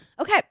Okay